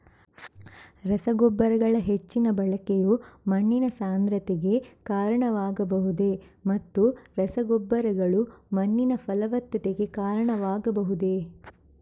ರಸಗೊಬ್ಬರಗಳ ಹೆಚ್ಚಿನ ಬಳಕೆಯು ಮಣ್ಣಿನ ಸಾಂದ್ರತೆಗೆ ಕಾರಣವಾಗಬಹುದೇ ಮತ್ತು ರಸಗೊಬ್ಬರಗಳು ಮಣ್ಣಿನ ಫಲವತ್ತತೆಗೆ ಕಾರಣವಾಗಬಹುದೇ?